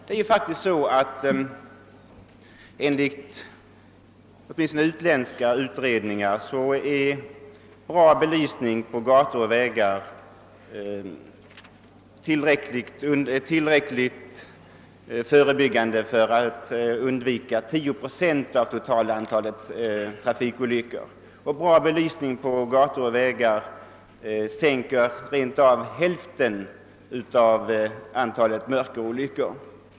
Det är faktiskt så att åtminstone enligt utländska utredningar bidrar en bra belysning på gator och vägar till att eliminera 10 procent av det totala antalet trafikolyckor. En bra belysning på gator och vägar minskar rent av antalet mörkerolyckor till hälften.